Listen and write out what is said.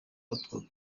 utwo